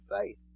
faith